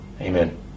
Amen